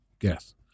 yes